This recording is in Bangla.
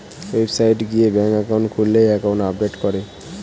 ওয়েবসাইট গিয়ে ব্যাঙ্ক একাউন্ট খুললে একাউন্ট আপডেট করে